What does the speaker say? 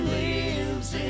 lives